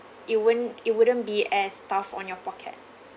it won't it wouldn't be as tough on your pocket